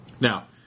Now